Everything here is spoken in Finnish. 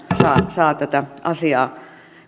saa tätä asiaa